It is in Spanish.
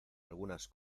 algunas